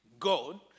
God